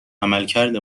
عملکرد